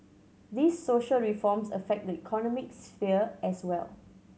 these social reforms affect the economic sphere as well